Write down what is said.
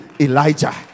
Elijah